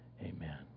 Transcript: Amen